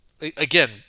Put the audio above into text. Again